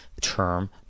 term